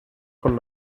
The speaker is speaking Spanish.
con